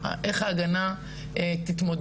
איך ההגנה תתמודד?